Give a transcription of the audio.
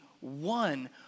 one